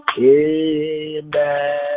Amen